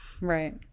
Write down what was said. right